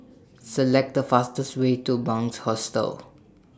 Select The fastest Way to Bunc Hostel